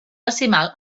decimal